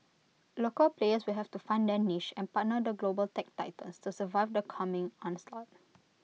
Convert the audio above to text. local players will have to find their niche and partner the global tech titans to survive the coming onslaught